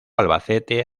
albacete